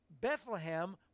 Bethlehem